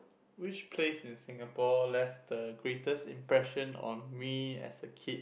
which place in Singapore left the greatest impression on me as a kid